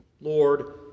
Lord